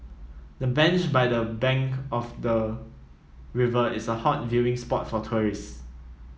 the bench by the bank of the river is a hot viewing spot for tourists